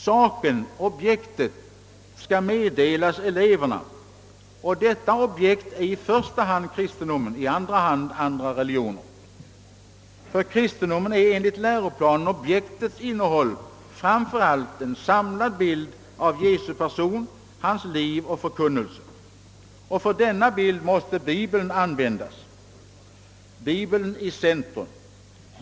Saken, objektet, skall meddelas eleverna, och detta objekt är i första hand kristendomen och i andra hand andra religioner. Förkristendomen är enligt läroplanen objektets innehåll framför allt en samlad bild av Jesu person, hans liv och förkunnelse. Och för denna bild måste Bibeln användas. Bibeln i centrum!